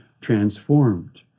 transformed